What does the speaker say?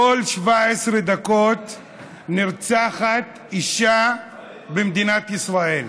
כל 17 יום נרצחת אישה במדינת ישראל.